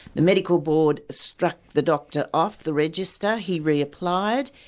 the medical board struck the doctor off the register he reapplied,